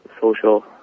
social